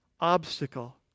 obstacle